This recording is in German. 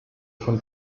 von